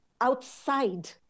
outside